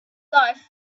life